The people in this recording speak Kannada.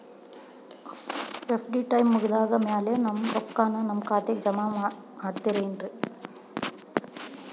ಎಫ್.ಡಿ ಟೈಮ್ ಮುಗಿದಾದ್ ಮ್ಯಾಲೆ ನಮ್ ರೊಕ್ಕಾನ ನಮ್ ಖಾತೆಗೆ ಜಮಾ ಮಾಡ್ತೇರೆನ್ರಿ?